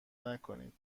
نکنید